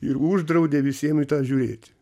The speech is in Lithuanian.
ir uždraudė visiem į tą žiūrėti